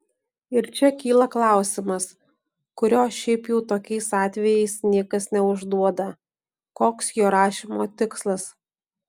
ir čia kyla klausimas kurio šiaip jau tokiais atvejais niekas neužduoda koks jo rašymo tikslas